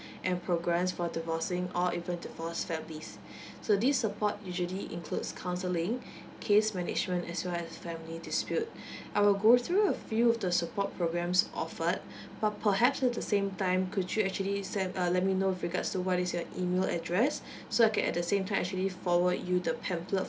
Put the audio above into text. and programmes for divorcing or even divorced families so this support usually includes counselling case management as well as family dispute I will go through a few of the support programmes offered but perhaps at the same time could you actually send uh let me know with regards to what is your email address so I can at the same time actually forward you the pamphlet